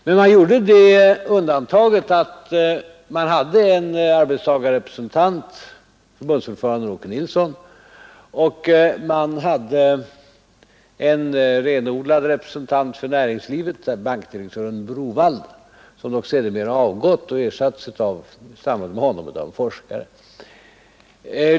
Men man gjorde undantaget att man tog med en arbetstagarrepresentant, förbundsordförande Äke Nilsson, och en renodlad representant för näringslivet, bankdirektören Browaldh, som dock sedermera avgått och ersatts av en forskare.